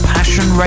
Passion